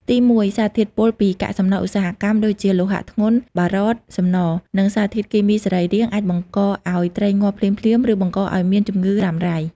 ទីមួយ សារធាតុពុលពីកាកសំណល់ឧស្សាហកម្មដូចជាលោហៈធ្ងន់ (បារត សំណ) និងសារធាតុគីមីសរីរាង្គ អាចបង្កឱ្យត្រីងាប់ភ្លាមៗ ឬបង្កឱ្យមានជំងឺរ៉ាំរ៉ៃ។